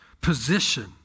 position